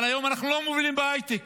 אבל היום אנחנו לא מובילים בהייטק